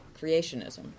creationism